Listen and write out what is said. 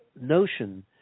notion